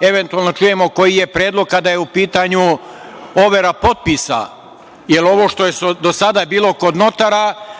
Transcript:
eventualno da čujemo koji je predlog kada je u pitanju overa potpisa, jer ovo što je do sada bilo kod notara,